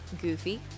Goofy